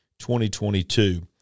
2022